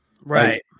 Right